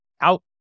Out